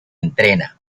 entrena